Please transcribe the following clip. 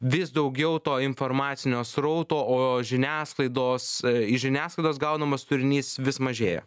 vis daugiau to informacinio srauto o žiniasklaidos iš žiniasklaidos gaunamas turinys vis mažėja